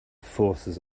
forces